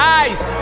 eyes